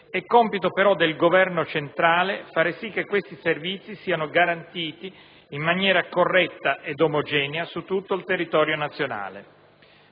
è compito però del Governo centrale fare sì che questi servizi siano garantiti in maniera corretta ed omogenea su tutto il territorio nazionale.